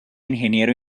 ingeniero